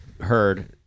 heard